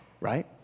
right